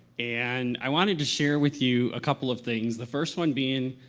and i wanted to share with you a couple of things, the first one being,